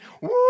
woo